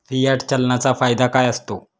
Fiat चलनाचा फायदा काय असतो?